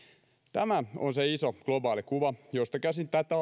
tämä on se iso globaali kuva josta käsin tätä